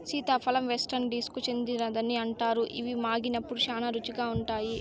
సీతాఫలం వెస్టిండీస్కు చెందినదని అంటారు, ఇవి మాగినప్పుడు శ్యానా రుచిగా ఉంటాయి